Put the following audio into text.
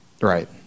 Right